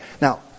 Now